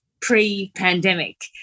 pre-pandemic